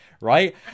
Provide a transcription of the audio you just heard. Right